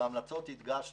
בהמלצות הדגשנו: